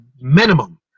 minimum